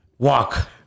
Walk